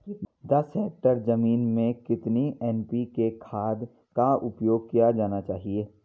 दस हेक्टेयर जमीन में कितनी एन.पी.के खाद का उपयोग किया जाना चाहिए?